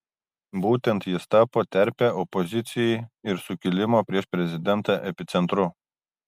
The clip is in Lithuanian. būtent jis tapo terpe opozicijai ir sukilimo prieš prezidentą epicentru